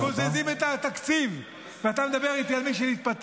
בוזזים את התקציב, ואתה מדבר איתי על מי שמתפטר?